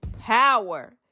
power